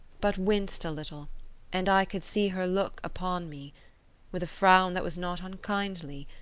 but winced a little and i could see her look upon me with a frown that was not unkindly,